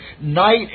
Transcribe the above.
night